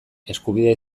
eskubidea